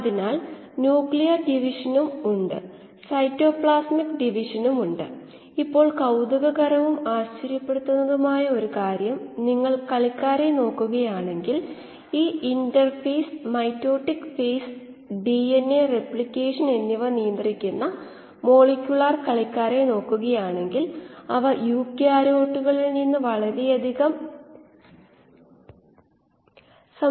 flow rate substrate ഗാഢത എന്നിവ input നിരക്ക് കണക്കിലെടുത്ത് എഴുതാം അതേസമയം സബ്സ്ട്രേറ്റിന്റെ ഉപഭോഗനിരക്കിനെ കുറിച്ച് നമുക്കറിയില്ല അതേസമയം കോശങ്ങളുടെ വളർച്ചാ നിരക്കിനെ കുറിച്ചറിയാം